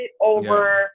over